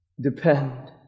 Depend